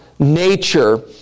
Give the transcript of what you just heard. nature